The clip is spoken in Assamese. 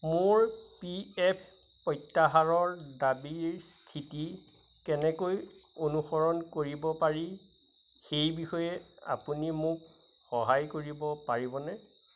মোৰ পি এফ প্ৰত্যাহাৰৰ দাবীৰ স্থিতি কেনেকৈ অনুসৰণ কৰিব পাৰি সেই বিষয়ে আপুনি মোক সহায় কৰিব পাৰিবনে